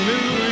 New